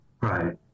Right